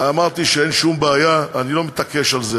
אמרתי שאין שום בעיה, אני לא מתעקש על זה.